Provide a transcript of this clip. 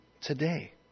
today